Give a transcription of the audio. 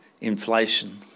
inflation